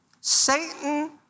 Satan